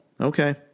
Okay